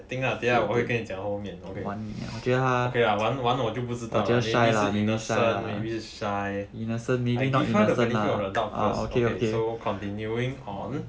I think lah 等一下我会跟你讲后面 okay okay lah 玩我就不知道 maybe 是 innocent or maybe is shy give her the benefit of the doubt lah so continuing on